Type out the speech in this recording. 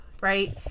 right